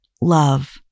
love